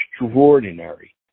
extraordinary